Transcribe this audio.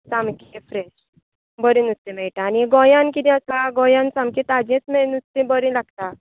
सामकें फ्रॅश बरें नुस्तें मेळटा आनी गोंयांत कितें आसता गोंयांत सामकें ताजेंच नुस्तें बरें लागता